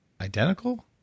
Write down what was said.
identical